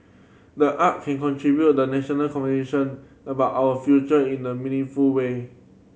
the art can contribute the national conversation about our future in a meaningful way